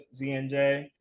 ZNJ